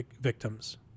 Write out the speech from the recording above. victims